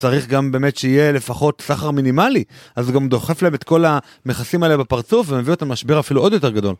צריך גם באמת שיהיה לפחות סחר מינימלי, אז זה גם דוחף להם את כל המחסים האלה בפרצוף ומביא אותם למשבר אפילו עוד יותר גדול.